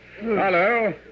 Hello